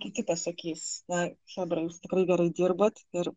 kiti pasakys na chebra jūs tikrai gerai dirbat ir